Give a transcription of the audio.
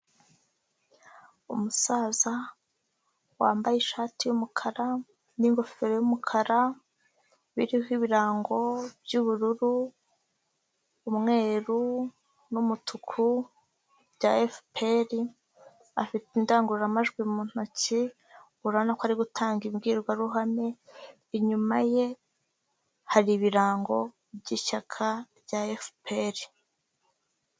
Umusaza wambaye ishati y'umukara n'ingofero y'umukara birimo ibirango by'ubururu, umweru n'umutuku bya FPR, afite indangururamajwi mu ntoki ubona ko ari gutanga imbwirwaruhame, inyuma ye hari ibirango byishyaka rya FPR.